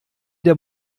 der